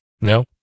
No